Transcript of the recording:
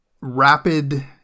rapid